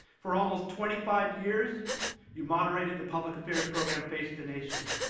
for almost twenty-five years you moderated the public affairs program face the nation.